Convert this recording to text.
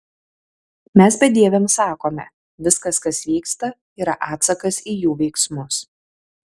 mes bedieviams sakome viskas kas vyksta yra atsakas į jų veiksmus